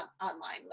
online